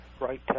right